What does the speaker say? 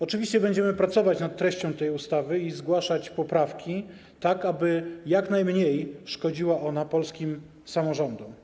Oczywiście będziemy pracować nad treścią tej ustawy i zgłaszać poprawki, tak aby jak najmniej szkodziła ona polskim samorządom.